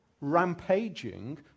rampaging